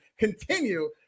continue